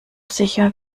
sicher